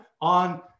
on